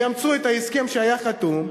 יאמצו את ההסכם שנחתם,